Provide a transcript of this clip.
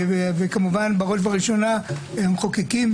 כמובן בראש ובראשונה המחוקקים,